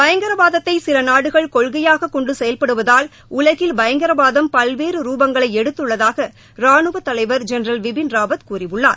பயங்கரவாதத்தை சில நாடுகள் கொள்கையாகக் கொண்டு செயல்படுவதால் உலகில் பயங்கரவாதம் பல்வேறு ரூபங்களை எடுத்துள்ளதாக ராணுவ தலைவர் ஜெனரல் விபின் ராவத் கூறியுள்ளார்